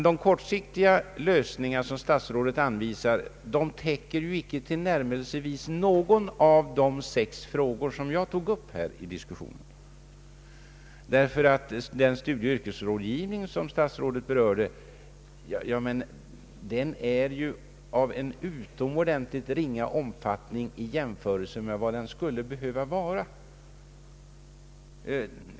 De kortsiktiga lösningar som statsrådet anvisar täcker inte tillnärmelsevis någon av de sex frågor som jag tog upp till diskussion. Den studieoch yrkesrådgivning statsrådet berörde är ju av utomordentligt ringa omfattning jämfört med vad som skulle behövas.